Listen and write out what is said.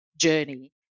journey